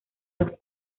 dos